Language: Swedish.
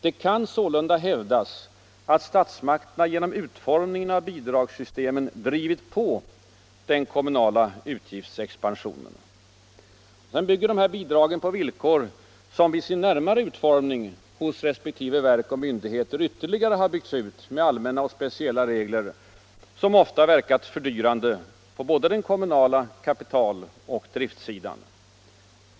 Det kan sålunda hävdas att statsmakterna genom utformningen av bidragssystemen drivit på den kommunala utgiftsexpansionen.” Bidragen bygger på villkor, som vid sin närmare utformning hos resp. verk och myndigheter ytterligare har byggts ut med allmänna och speciella regler, som ofta verkat fördyrande för kommunerna på kapitalsidan och på driftsidan.